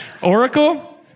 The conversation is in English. Oracle